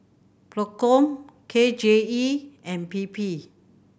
Procom K J E and P P